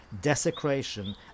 desecration